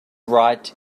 right